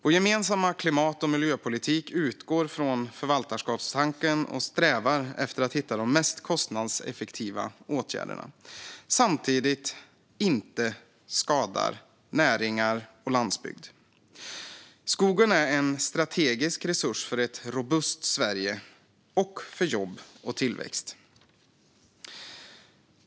Vår gemensamma klimat och miljöpolitik utgår från förvaltarskapstanken och strävar efter att hitta de mest kostnadseffektiva åtgärderna som samtidigt inte skadar näringar och landsbygd. Skogen är en strategisk resurs för ett robust Sverige och för jobb och tillväxt.